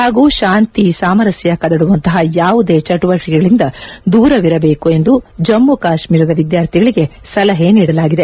ಹಾಗೂ ಶಾಂತಿ ಸಾಮರಸ್ನ ಕದಡುವಂತಹ ಯಾವುದೇ ಚಟುವಟಿಕೆಗಳಿಂದ ದೂರವಿರಬೇಕು ಎಂದು ಜಮ್ಲು ಕಾಶ್ವೀರದ ವಿದ್ಲಾರ್ಥಿಗಳಿಗೆ ಸಲಹೆ ನೀಡಲಾಗಿದೆ